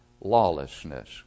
lawlessness